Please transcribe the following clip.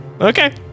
Okay